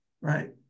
right